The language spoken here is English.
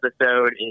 episode